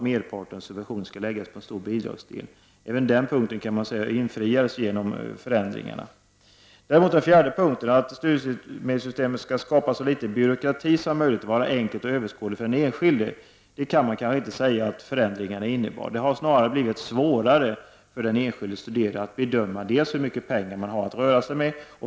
Merparten av subventionen skall läggas på en stor bidragsdel. Även den punkten kan man säga infriades genom förändringarna. Däremot kan man kanske inte säga att förändringarna innebär att det fjärde målet, att studiemedelssystemet skall skapa så litet byråkrati som möjligt och vara enkelt och överskådligt för den enskilde, uppnåddes. Det har snarare blivit svårare för den enskilde studerande att bedöma hur mycket pengar man har att röra sig med.